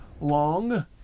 long